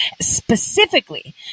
specifically